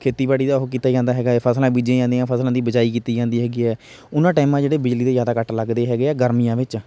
ਖੇਤੀਬਾੜੀ ਦਾ ਉਹ ਕੀਤਾ ਜਾਂਦਾ ਹੈਗਾ ਹੈ ਫਸਲਾਂ ਬੀਜੀਆਂ ਜਾਂਦੀਆਂ ਫਸਲਾਂ ਦੀ ਬਿਜਾਈ ਕੀਤੀ ਜਾਂਦੀ ਹੈਗੀ ਹੈ ਉਹਨਾਂ ਟਾਈਮਾਂ ਜਿਹੜੇ ਬਿਜਲੀ ਦੇ ਜ਼ਿਆਦਾ ਕੱਟ ਲੱਗਦੇ ਹੈਗੇ ਹੈ ਗਰਮੀਆਂ ਵਿੱਚ